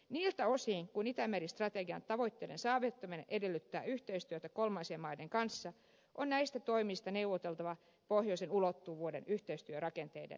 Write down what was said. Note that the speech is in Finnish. niiltä osin kuin itämeri strategian tavoitteiden saavuttaminen edellyttää yhteistyötä kolmansien maiden kanssa on näistä toimista neuvoteltava pohjoisen ulottuvuuden yhteistyörakenteiden puitteissa